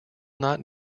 not